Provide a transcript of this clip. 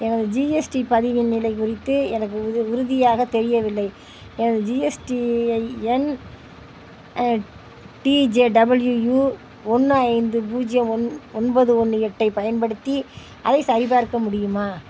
எனது ஜிஎஸ்டி பதிவின் நிலை குறித்து எனக்கு உறு உறுதியாக தெரியவில்லை எனது ஜிஎஸ்டிஐஎன் டிஜேடபிள்யுயூ ஒன்று ஐந்து பூஜ்ஜியம் ஒன் ஒன்பது ஒன்று எட்டைப் பயன்படுத்தி ஐ சரிபார்க்க முடியுமா